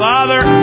Father